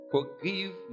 Forgive